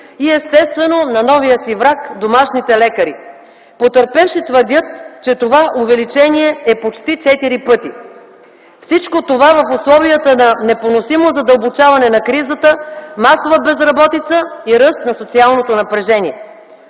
и естествено на новия си враг – домашните лекари. Потърпевши твърдят, че това увеличение е почти четири пъти. Всичко това в условията на непоносимо задълбочаване на кризата, масова безработица и ръст на социалното напрежение.